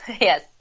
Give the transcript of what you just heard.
yes